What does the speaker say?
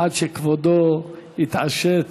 עד שכבודו יתעשת.